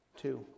Two